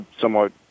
somewhat